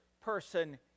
person